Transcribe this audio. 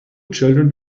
children